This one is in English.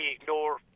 ignore